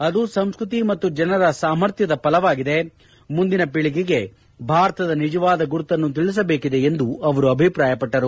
ಅದು ಸಂಸ್ಕತಿ ಮತ್ತು ಜನರ ಸಾಮರ್ಥ್ಯದ ಫಲವಾಗಿದೆ ಮುಂದಿನ ಪೀಳಿಗೆಗೆ ಭಾರತದ ನಿಜವಾದ ಗುರುತನ್ನು ತಿಳಿಸಬೇಕಿದೆ ಎಂದು ಅವರು ಅಭಿಪ್ರಾಯಪಟ್ಟಿದ್ದಾರೆ